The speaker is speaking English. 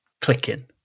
clicking